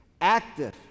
active